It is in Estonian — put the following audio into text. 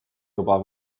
juba